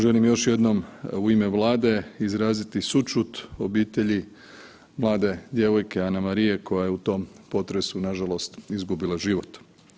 Želim još jednom u ime Vlade izraziti sućut obitelji mlade djevojke Anamarije koja je u tom potresu nažalost izgubila život.